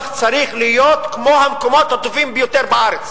צריך להיות כמו במקומות הטובים ביותר בארץ.